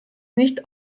nicht